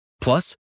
Plus